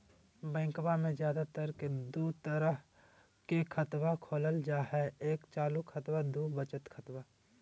बैंकवा मे ज्यादा तर के दूध तरह के खातवा खोलल जाय हई एक चालू खाता दू वचत खाता